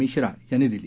मिश्रा यांनी दिली